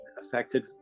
affected